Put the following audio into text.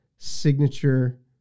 signature